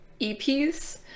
EPs